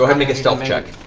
um make a stealth check.